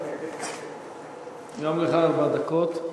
גם לך ארבע דקות.